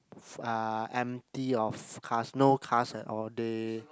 ah empty of cars no cars at all they